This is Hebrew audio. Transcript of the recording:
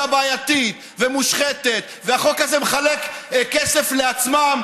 בעייתית ומושחתת והחוק הזה מחלק כסף לעצמם,